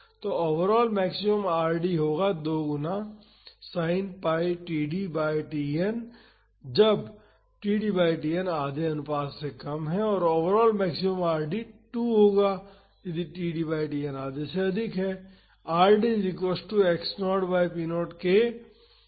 तो overall maximum Rd होगा 2 गुना sin pi td by Tn जब td बाई Tn अनुपात आधे से कम है और ओवरऑल मैक्सिमम Rd 2 होगा यदि td बाई Tn आधे से अधिक है